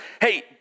hey